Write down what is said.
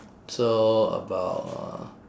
so about uh